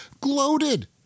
gloated